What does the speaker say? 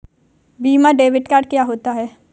Visa debit card क्या होता है?